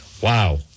Wow